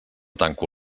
tanco